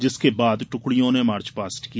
जिसके बाद ट्कड़ियों ने मार्चपास्ट किया